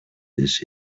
this